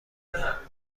کنم